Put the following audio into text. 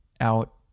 out